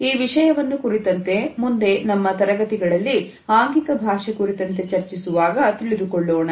ಈ ವಿಷಯವನ್ನು ಕುರಿತಂತೆ ಮುಂದೆ ನಮ್ಮ ತರಗತಿಗಳಲ್ಲಿ ಆಂಗಿಕ ಭಾಷೆ ಕುರಿತಂತೆ ಚರ್ಚಿಸುವಾಗ ತಿಳಿದುಕೊಳ್ಳೋಣ